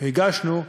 שהגשנו,